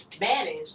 manage